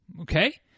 okay